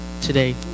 today